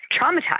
traumatized